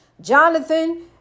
Jonathan